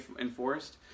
enforced